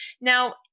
Now